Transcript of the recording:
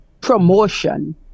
promotion